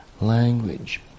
language